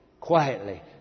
Quietly